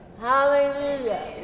Hallelujah